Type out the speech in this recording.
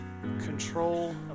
control